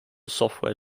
software